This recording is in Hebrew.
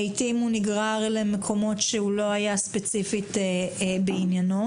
לעיתים הוא נגרר למקומות שהוא לא היה ספציפית צריך להגיע אליהם.